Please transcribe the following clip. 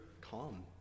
calm